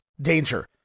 danger